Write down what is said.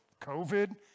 COVID